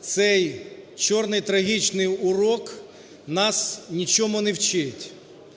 цей чорний трагічний урок нас нічому не вчить.